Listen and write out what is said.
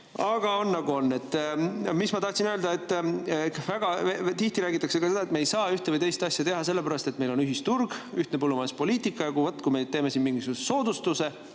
Aga on, nagu on. Mis ma tahtsin öelda? Väga tihti räägitakse ka seda, et me ei saa ühte või teist asja teha sellepärast, et meil on ühisturg ja ühtne põllumajanduspoliitika. Kui teeme siin mingisuguse soodustuse,